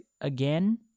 again